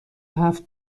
هفت